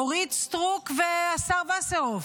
אורית סטרוק והשר וסרלאוף.